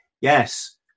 yes